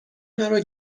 مرا